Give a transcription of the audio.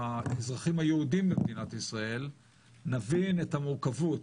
האזרחים היהודים במדינת ישראל נבין את המורכבות